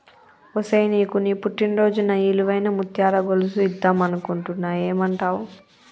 ఒసేయ్ నీకు నీ పుట్టిన రోజున ఇలువైన ముత్యాల గొలుసు ఇద్దం అనుకుంటున్న ఏమంటావ్